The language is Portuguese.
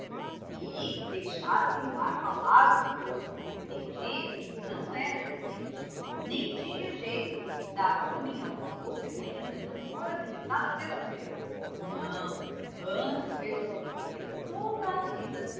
que deixassem lá falar o doutor entendia que não era decente nem tinha jeito dar homem a uma moça que ainda não fora visitada pelas regras não antes vê-la solteira toda a vida